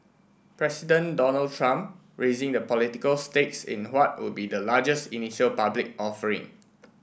President Donald Trump raising the political stakes in what would be the largest initial public offering